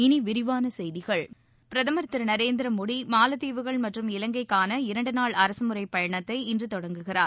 இனி விரிவான செய்திகள் பிரதமர் திரு நரேந்திர மோடி மாலத்தீவுகள் மற்றும் இலங்கைக்கான இரண்டு நாள் அரசுமுறை பயணத்தை இன்று தொடங்குகிறார்